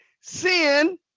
sin